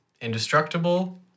indestructible